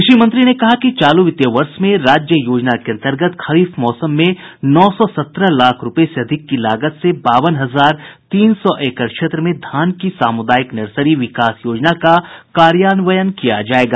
कृषि मंत्री ने कहा कि चालू वित्तीय वर्ष में राज्य योजना के अंतर्गत खरीफ मौसम में नौ सौ सत्रह लाख रूपये से अधिक की लागत से बावन हजार तीन सौ एकड़ क्षेत्र में धान की सामुदायिक नर्सरी विकास योजना का कार्यान्वयन किया जायेगा